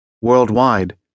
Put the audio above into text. Worldwide